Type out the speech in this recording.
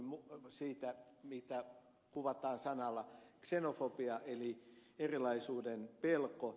puhuin siitä mitä kuvataan sanalla ksenofobia eli erilaisuuden pelko